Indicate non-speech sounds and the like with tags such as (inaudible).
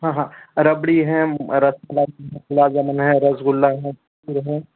हाँ हाँ रबड़ी है रसमलाई है गुलाब जामुन है रसगुल्ला है (unintelligible) है